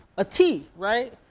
a t, right?